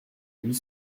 huit